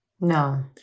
No